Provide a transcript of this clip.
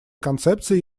концепция